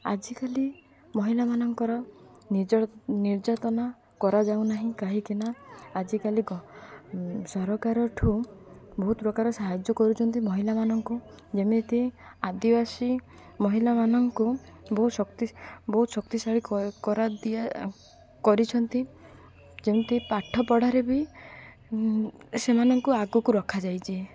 ଆଜିକାଲି ମହିଳାମାନଙ୍କର ନିର୍ଯାତନା କରାଯାଉନାହିଁ କାହିଁକିନା ଆଜିକାଲି ସରକାରଠୁ ବହୁତ ପ୍ରକାର ସାହାଯ୍ୟ କରୁଚନ୍ତି ମହିଳାମାନଙ୍କୁ ଯେମିତି ଆଦିବାସୀ ମହିଳାମାନଙ୍କୁ ବହୁତ ଶକ୍ତି ବହୁତ ଶକ୍ତିଶାଳୀ କରିଛନ୍ତି ଯେମିତି ପାଠପଢ଼ାରେ ବି ସେମାନଙ୍କୁ ଆଗକୁ ରଖାଯାଇଛି